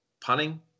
punning